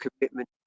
commitment